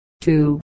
two